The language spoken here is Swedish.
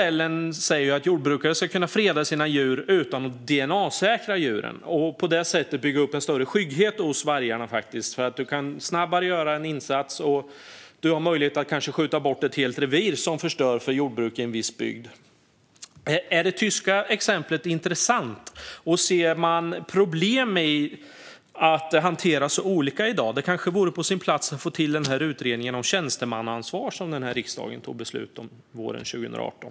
Enligt den tyska modellen ska jordbrukare kunna freda sina djur utan att DNA-säkra vargarna och på det sättet bygga upp en större skygghet hos vargarna. Man kan då snabbare göra en insats, och man kanske har möjlighet att skjuta bort ett helt revir som förstör för jordbruket i en viss bygd. Är det tyska exemplet intressant, och ser man problem när det gäller att det hanteras så olika i dag? Det kanske vore på sin plats att få till utredningen om tjänstemannaansvar som riksdagen tog beslut om våren 2018.